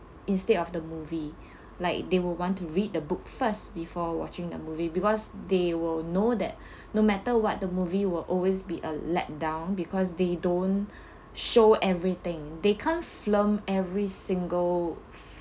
instead of the movie like they will want to read the book first before watching the movie because they will know that no matter what the movie will always be a let down because they don't show everything they can't film every single